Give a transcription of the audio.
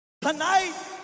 Tonight